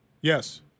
Yes